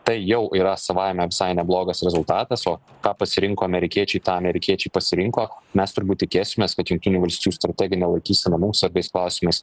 tai jau yra savaime visai neblogas rezultatas o ką pasirinko amerikiečiai tą amerikiečiai pasirinko mes turbūt tikėsimės kad jungtinių valstijų strategine laikysena mums svarbiais klausimas